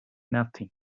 nothing